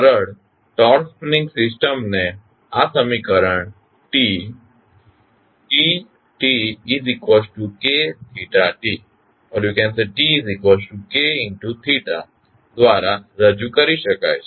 સરળ torque spring system ને આ સમીકરણ T TtKθt દ્વારા રજૂ કરી શકાય છે